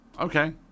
okay